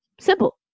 Simple